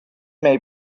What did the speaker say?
may